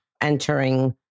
entering